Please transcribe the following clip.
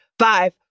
Five